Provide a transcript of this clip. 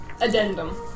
addendum